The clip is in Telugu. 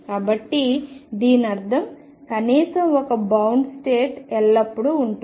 కాబట్టి దీనర్థం కనీసం ఒక బౌండ్ స్టేట్ ఎల్లప్పుడూ ఉంటుంది